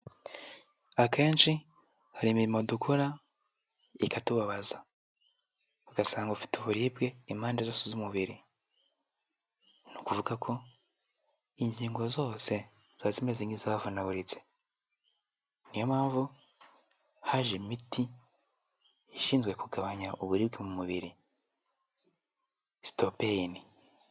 Akenshi hari imirimo dukora ikatubabaza, ugasanga ufite uburibwe impande zose z'umubiri. Ni ukuvuga ko ingingo zose zaba zimeze nk'iz'avunaguritse. Ni yo mpamvu haje imiti ishinzwe kugabanya uburibwe mu mubiri stopeyini.